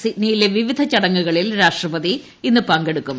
സിഡ്നിയിലെ വിവിധ ചടങ്ങുകളിൽ രാഷ്ട്രപതി ഇന്ന് പങ്കെടുക്കും